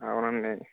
అవును అండి